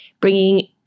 Bringing